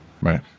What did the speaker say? Right